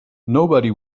nobody